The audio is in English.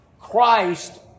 Christ